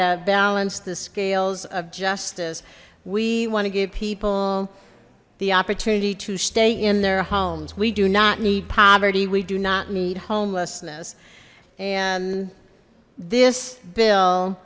to balance the scales of justice we want to give people the opportunity to stay in their homes we do not need poverty we do not need homelessness and this bill